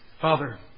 Father